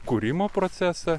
kūrimo procesą